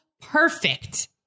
perfect